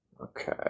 okay